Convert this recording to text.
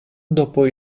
dopo